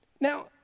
Now